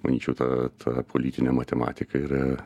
manyčiau ta politinė matematika yra